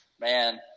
man